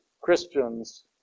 Christians